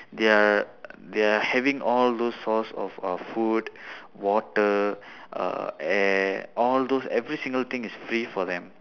they are they are having all those source of uh food water uh air all those everything single thing is free for them